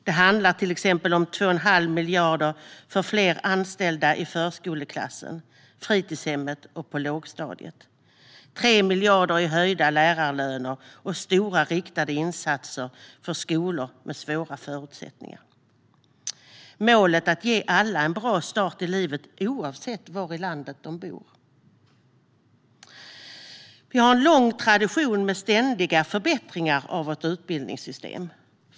Det handlar till exempel om 2 1⁄2 miljard för fler anställda i förskoleklassen, på fritidshemmet och på lågstadiet, 3 miljarder i höjda lärarlöner och stora riktade insatser för skolor med svåra förutsättningar. Målet är att ge alla en bra start i livet oavsett var i landet de bor. Vi har en lång tradition av ständiga förbättringar av vårt utbildningssystem.